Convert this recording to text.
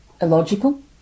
illogical